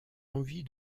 envie